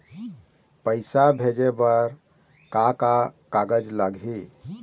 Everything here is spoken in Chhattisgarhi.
पैसा भेजे बर का का कागज लगही?